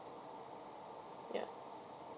ya